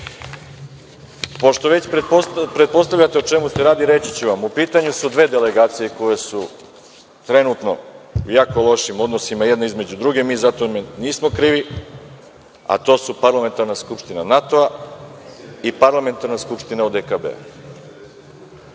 već pretpostavljate o čemu se radi, reći ću vam. U pitanju su dve delegacije koje su trenutno u jako lošim odnosima međusobno. Mi za to nismo krivi. To su Parlamentarna skupština NATO-a i Parlamentarna skupština ODKB-a.